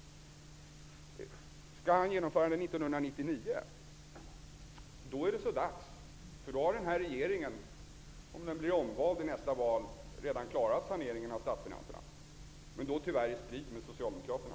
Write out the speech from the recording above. Vill han genomföra den 1999? Det är så dags, därför att då har den här regeringen, om den blir omvald vid nästa val, redan klarat saneringen av statsfinanserna, tyvärr i strid med socialdemokraterna.